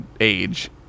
age